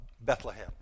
Bethlehem